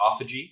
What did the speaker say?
autophagy